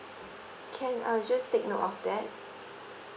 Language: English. can I just take note of that